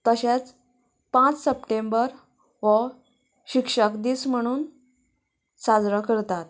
तशेंच पांच सप्टेंबर हो शिक्षक दीस म्हणून साजरो करतात